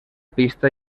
pista